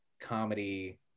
comedy